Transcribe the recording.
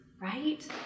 Right